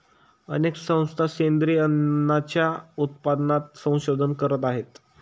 अनेक संस्था सेंद्रिय अन्नाच्या उत्पादनात संशोधन करत आहेत